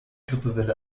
grippewelle